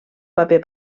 paper